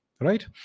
right